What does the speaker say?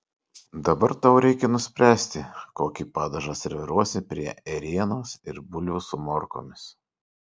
dabar tau reikia nuspręsti kokį padažą serviruosi prie ėrienos ir bulvių su morkomis